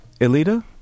Elita